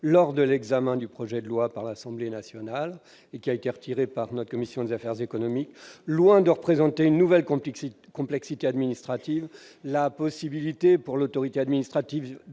lors de l'examen du projet de loi par l'Assemblée nationale et supprimée par notre commission des affaires économiques. Loin de représenter une nouvelle complexité administrative, la possibilité pour l'autorité administrative